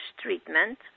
treatment